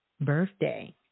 birthday